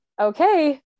okay